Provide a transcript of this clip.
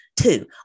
Two